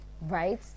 Right